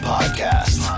Podcast